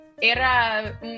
era